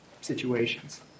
situations